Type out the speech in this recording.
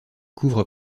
couvre